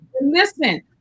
Listen